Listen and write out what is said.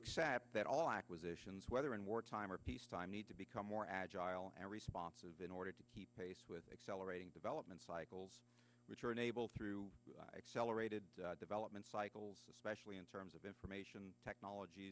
accept that all acquisitions whether in wartime or peacetime need to become more agile and responses in order to keep pace with accelerating development cycles which are unable through accelerated development cycles especially in terms of information technolog